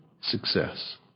success